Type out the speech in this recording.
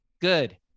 good